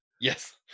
Yes